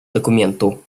документу